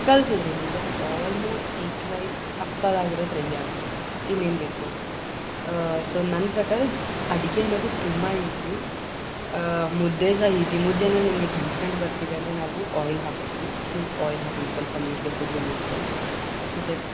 ಕಲ್ಸಿದರೆ ನಿಮಗೆ almost egg rice ಸಕ್ಕತ್ತಾಗಿರೋದು ready ಆಗಿರುತ್ತೆ ಇನ್ನೇನು ಬೇಕು ಸೊ ನನ್ನ ಪ್ರಕಾರ ಅಡುಗೆ ಅನ್ನೋದು ತುಂಬ ಈಝಿ ಮುದ್ದೆ ಸಹ ಈಝಿ ಮುದ್ದೆಯಲ್ಲಿ ನಿಮಗೆ ಗಂಟು ಗಂಟು ಬರ್ತಿದೆ ಅಂದರೆ ನಾವು ಆಯ್ಲ್ ಹಾಕ್ಕೊತೀವಿ ನೀವೂ ಆಯ್ಲ್ ಹಾಕ್ಕೊಳ್ಳಿ ಸ್ವಲ್ಪ ನೀರಿಗೆ ಕುದಿಯೋ ನೀರಿಗೆ ಮತ್ತು